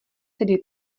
tedy